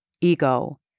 ego